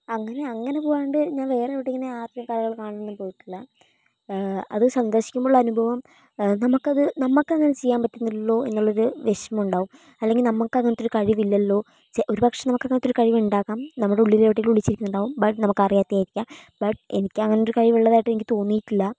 അങ്ങനെ അങ്ങനെ പോവാണ്ട് ഞാൻ വേറെ ഇവിടെയിങ്ങനെ ആരുടേയും കലകൾ കാണാനൊന്നും പോയിട്ടില്ല അത് സന്ദർശിക്കുമ്പോഴുള്ള അനുഭവം നമ്മൾക്കത് നമ്മൾക്കങ്ങനത്തൊരു ചെയ്യാൻ പറ്റുന്നില്ലല്ലോ എന്നുള്ളൊരു വിഷമം ഉണ്ടാവും അല്ലെങ്കിൽ നമ്മൾക്കങ്ങനത്തൊരു കഴിവില്ലല്ലോ ഒരുപക്ഷെ നമ്മൾക്കങ്ങനത്തൊരു കഴിവുണ്ടാകാം നമ്മുടെ ഉള്ളിലെവിടെയെങ്കിലും ഒളിച്ചിരിക്കുന്നുണ്ടാകാം ബട്ട് നമുക്കറിയാത്തയായിരിക്കാം ബട്ട് എനിക്കങ്ങനെയൊരു കഴിവുള്ളതായിട്ട് എനിക്ക് തോന്നിയിട്ടില്ല